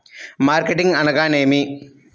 Marketing అనగానేమి?